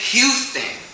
Houston